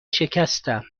شکستم